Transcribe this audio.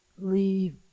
leave